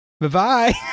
Bye-bye